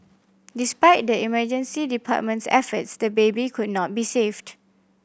despite the emergency department's efforts the baby could not be saved